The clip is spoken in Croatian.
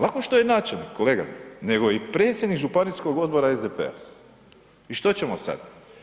Lako što je načelnik kolega nego i predsjednik Županijskog odbora SDP-a i što ćemo sada?